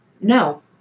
No